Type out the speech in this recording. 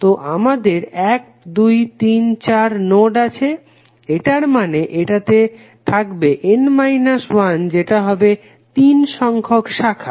তো আমাদের 1234 নোড আছে এটার মানে এটাতে থাকবে n 1 যেটা হবে 3 সংখ্যক শাখা